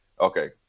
okay